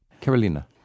Carolina